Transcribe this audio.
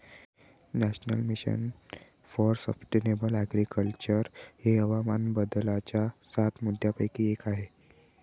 national mission for sustainable agriculture हे हवामान बदलाच्या सात मुद्यांपैकी एक आहे